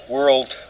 World